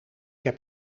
heb